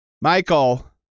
Michael